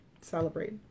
celebrate